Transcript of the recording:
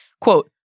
Quote